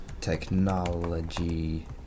technology